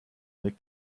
make